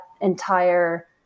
entire